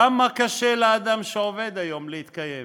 כמה קשה היום לאדם שעובד להתקיים,